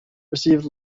received